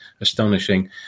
astonishing